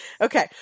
Okay